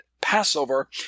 Passover